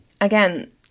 again